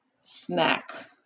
snack